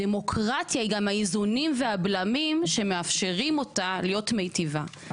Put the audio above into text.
דמוקרטיה היא גם האיזונים והבלמים שמאפשרים אותה להיות מיטיבה.